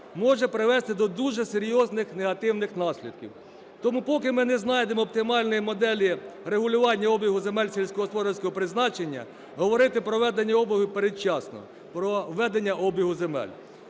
може привести до дуже серйозних негативних наслідків. Тому поки ми не знайдемо оптимальної моделі регулювання обігу земель сільськогосподарського призначення, говорити про введення обігу передчасно, про введення обігу земель.